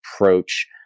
approach